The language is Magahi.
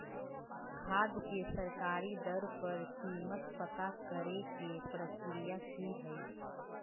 खाद के सरकारी दर पर कीमत पता करे के प्रक्रिया की हय?